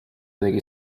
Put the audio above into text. tegi